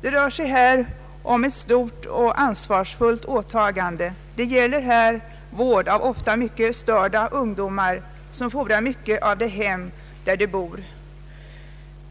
Det rör sig här om ett stort och ansvarsfullt åtagande. Det gäller vård av ofta mycket störda ungdomar som fordrar mycket av det hem i vilket de bor.